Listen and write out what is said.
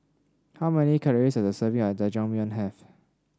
how many calories does a serving of Jajangmyeon have